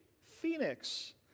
phoenix